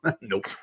nope